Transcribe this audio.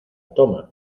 toma